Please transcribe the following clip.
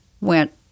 went